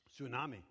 tsunami